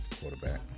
quarterback